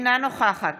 אינה נוכחת